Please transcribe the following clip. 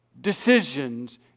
decisions